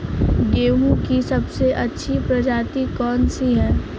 गेहूँ की सबसे अच्छी प्रजाति कौन सी है?